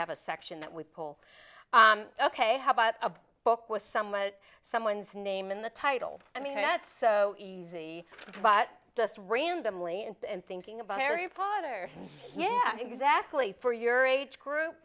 have a section that we pull ok how about a book was somewhat someone's name in the title i mean not so easy but just randomly and thinking about harry potter yeah exactly for your age group